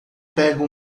pega